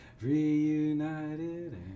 Reunited